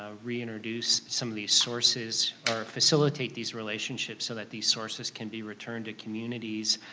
ah reintroduce some of these sources or facilitate these relationships so that these sources can be returned to communities.